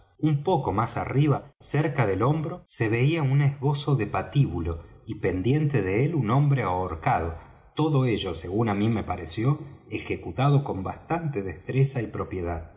un poco más arriba cerca del hombro se veía un esbozo de patíbulo y pendiente de él un hombre ahorcado todo ello según á mí me pareció ejecutado con bastante destreza y propiedad